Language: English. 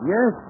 Yes